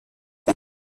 فکر